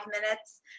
minutes